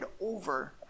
over